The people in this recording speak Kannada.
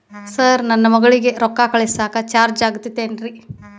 ಸರ್ ನನ್ನ ಮಗಳಗಿ ರೊಕ್ಕ ಕಳಿಸಾಕ್ ಚಾರ್ಜ್ ಆಗತೈತೇನ್ರಿ?